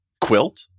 Quilt